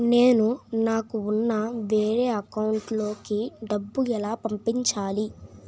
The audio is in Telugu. నేను నాకు ఉన్న వేరే అకౌంట్ లో కి డబ్బులు ఎలా పంపించాలి?